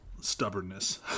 stubbornness